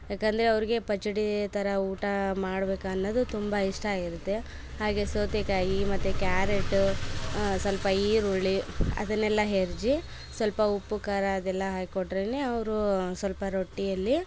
ಯಾಕಂದರೆ ಅವರಿಗೆ ಪಚಡಿ ಥರ ಊಟ ಮಾಡ್ಬೇಕನ್ನದು ತುಂಬಾ ಇಷ್ಟ ಆಗಿರುತ್ತೆ ಹಾಗೆ ಸೌತೆಕಾಯೀ ಮತ್ತು ಕ್ಯಾರೆಟ್ ಸ್ವಲ್ಪ ಈರುಳ್ಳಿ ಅದನ್ನೆಲ್ಲ ಹೆರ್ಜಿ ಸ್ವಲ್ಪ ಉಪ್ಪು ಖಾರ ಅದೆಲ್ಲ ಹ್ಯಾಕೊಟ್ರೇನೆ ಅವರು ಸ್ವಲ್ಪ ರೊಟ್ಟಿಯಲ್ಲಿ